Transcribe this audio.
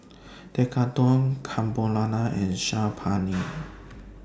Tekkadon Carbonara and Saag Paneer